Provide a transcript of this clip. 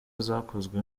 zakozwe